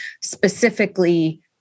specifically